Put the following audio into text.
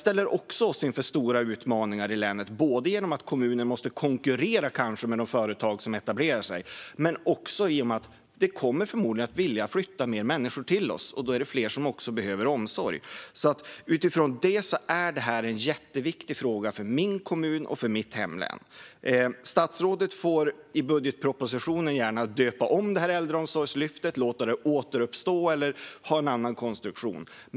Också den ställer oss inför stora utmaningar i länet, både genom att kommunen kanske måste konkurrera med något företag som etablerar sig och genom att fler människor förmodligen kommer att vilja flytta till oss. Då är det också fler som behöver omsorg. Utifrån detta är det här en jätteviktig fråga för min hemkommun och mitt hemlän. Statsrådet får gärna döpa om Äldreomsorgslyftet i budgetpropositionen, låta det återuppstå eller ge det en annan konstruktion.